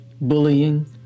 bullying